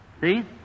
See